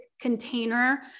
container